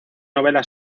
novela